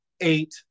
eight